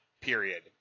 period